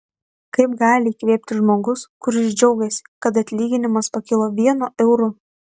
kaip gali įkvėpti žmogus kuris džiaugiasi kad atlyginimas pakilo vienu euru